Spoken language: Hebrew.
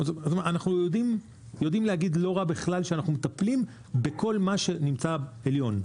אנחנו יודעים להגיד לא רע בכלל שאנחנו מטפלים בכל מה שנמצא עליון.